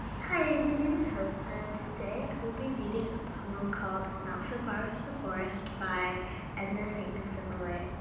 hi, my name is hope, and today i will be reading a poem called not so far as the forest by edna st. vincent millay.